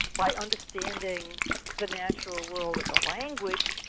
by understanding the natural world as a language,